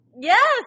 Yes